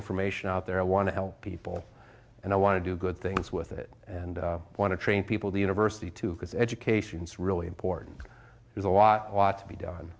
information out there i want to help people and i want to do good things with it and i want to train people the university too because education is really important there's a lot to be done